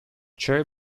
cherry